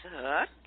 hook